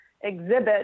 exhibit